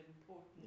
important